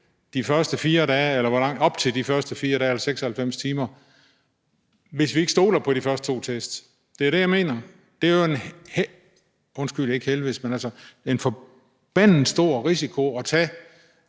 en risiko for at smitte op til de første 4 dage, eller 96 timer, hvis vi ikke stoler på de første to test? Det er det, jeg mener; det er jo en forbandet stor risiko at tage,